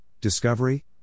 discovery